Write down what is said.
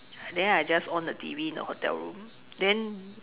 then I just on the T_V in the hotel room then